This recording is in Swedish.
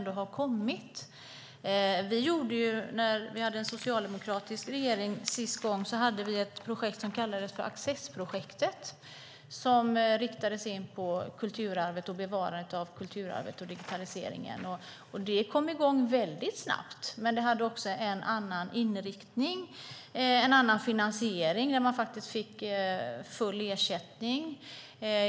Den senaste socialdemokratiska regeringen initierade Accessprojektet, som riktades in på att bevara kulturarvet med hjälp av digitalisering. Det kom i gång snabbt, men det hade en annan inriktning och finansiering. Institutionerna fick full ersättning.